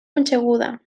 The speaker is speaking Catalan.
punxeguda